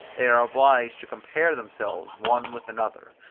they are obliged to compare themselves one with another,